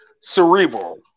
cerebral